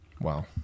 Wow